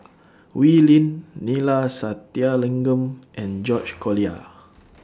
Wee Lin Neila Sathyalingam and George Collyer